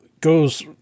goes